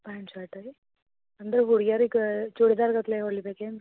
pant shirt ರೀ ಅಂದರೆ ಹುಡ್ಗ್ಯಾರಿಗೆ ಚೂಡಿದಾರ್ ಗತ್ಲ್ಯಾಗೆ ಹೊಲಿಬೇಕಾ ಏನು